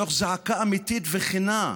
בתוך זעקה אמיתית וכנה,